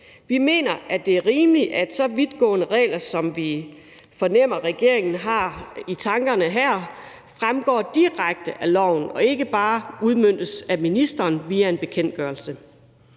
Vi mener, at det er rimeligt, at så vidtgående regler, som vi fornemmer regeringen har i tankerne her, fremgår direkte af loven og ikke bare udmøntes af ministeren via en bekendtgørelse.